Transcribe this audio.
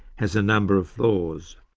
has a number of flaws.